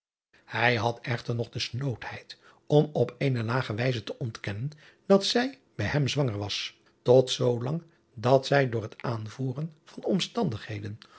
ij had echter nog de snoodheid om op eene lage wijze te ontkennen dat zij bij hem zwanger was tot zoolang dat zij door het aanvoeren van omstandigheden